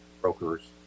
brokers